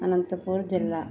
అనంతపూర్ జిల్లా